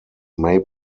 may